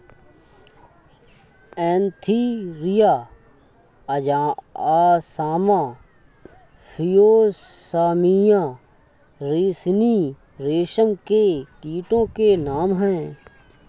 Antheraea असामा फिलोसामिया रिसिनी रेशम के कीटो के नाम हैं